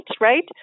right